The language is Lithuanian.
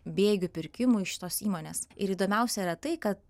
bėgių pirkimų iš šitos įmonės ir įdomiausia yra tai kad